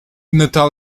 natal